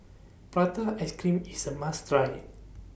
Prata Ice Cream IS A must Try